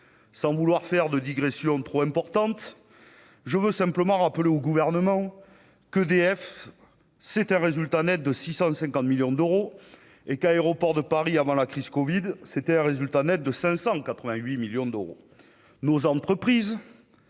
sans vouloir faire de digressions trop importante, je veux simplement rappeler au gouvernement qu'EDF, c'est un résultat Net de 650 millions d'euros et qu'Aeroports de Paris, avant la crise Covid c'était un résultat Net de 588 millions d'euros,